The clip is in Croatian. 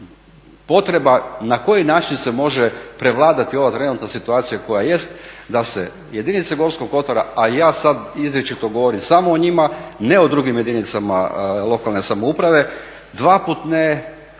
potreba na koji način se može prevladati ova trenutna situacija koja jest da se jedinice Gorskog kotara a ja sada izričito govorim samo o njima, ne o drugim jedinicama lokalne samouprave dva puta ne